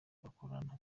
bakorana